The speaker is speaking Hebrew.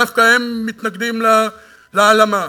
דווקא הם מתנגדים להלאמה.